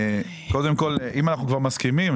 אנחנו כבר מסכימים,